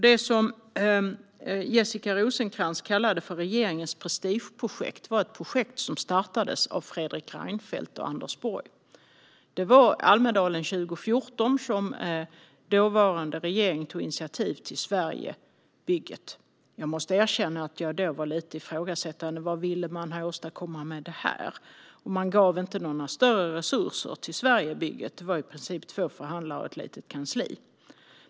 Det som Jessica Rosencrantz kallade regeringens prestigeprojekt är ett projekt som startades av Fredrik Reinfeldt och Anders Borg. Det var i Almedalen 2014 som dåvarande regering tog initiativ till Sverigebygget. Jag måste erkänna att jag då var lite ifrågasättande: Vad ville man åstadkomma med detta? Man gav heller inte några större resurser till Sverigebygget - det var i princip två förhandlare och ett litet kansli.